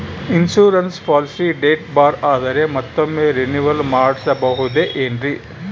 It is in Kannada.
ಇನ್ಸೂರೆನ್ಸ್ ಪಾಲಿಸಿ ಡೇಟ್ ಬಾರ್ ಆದರೆ ಮತ್ತೊಮ್ಮೆ ರಿನಿವಲ್ ಮಾಡಿಸಬಹುದೇ ಏನ್ರಿ?